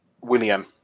William